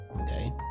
Okay